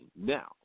now